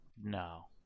No